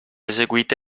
eseguita